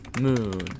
Moon